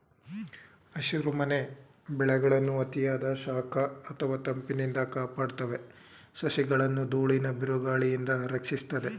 ಹಸಿರುಮನೆ ಬೆಳೆಗಳನ್ನು ಅತಿಯಾದ ಶಾಖ ಅಥವಾ ತಂಪಿನಿಂದ ಕಾಪಾಡ್ತವೆ ಸಸಿಗಳನ್ನು ದೂಳಿನ ಬಿರುಗಾಳಿಯಿಂದ ರಕ್ಷಿಸ್ತದೆ